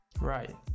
Right